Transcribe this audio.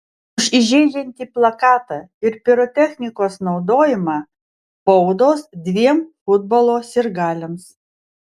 už įžeidžiantį plakatą ir pirotechnikos naudojimą baudos dviem futbolo sirgaliams